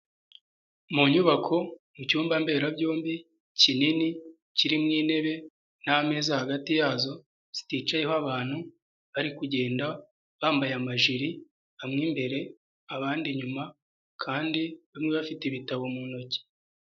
Mu nyubako mu cyumba mberabyombi kinini kirimo intebe n'ameza hagati yazo ziticayeho abantu bari kugenda bambaye amajiri, bamwe imbere abandi inyuma, kandi bamwe bafite ibitabo mu ntoki.